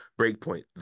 Breakpoint